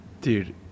dude